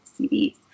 CDs